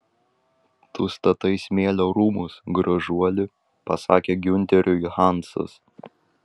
tu statai smėlio rūmus gražuoli pasakė giunteriui hansas